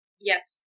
Yes